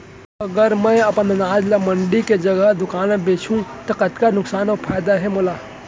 अगर मैं अपन अनाज ला मंडी के जगह दुकान म बेचहूँ त कतका नुकसान अऊ फायदा हे मोला?